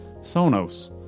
Sonos